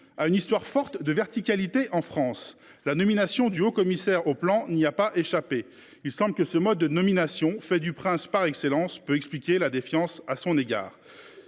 a une histoire forte de verticalité en France, la nomination du haut commissaire au plan n’y a pas échappé. Il semble que ce mode de nomination, fait du prince par excellence, peut expliquer la défiance à son égard.